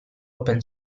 open